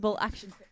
action